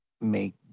make